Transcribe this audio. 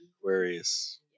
Aquarius